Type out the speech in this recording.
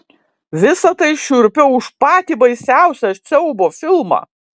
visa tai šiurpiau už patį baisiausią siaubo filmą